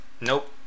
Nope